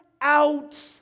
out